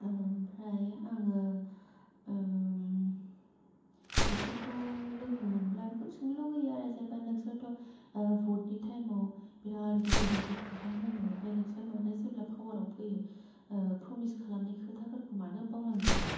ओमफ्राय आङो बिसोरखौ लोगो मोनब्ला बेखौनो सोंनो लुगैयो आरो जेनेबा नोंसोरथ' भट नि टाइम आव बिराथ गिदिर गिदिर खोथा होनो ओमफाय नोंसोर मानो जेब्ला पावाराव फैयो प्रमिस खालामनाय खोथा फोरखौ मानो बावलांजोबो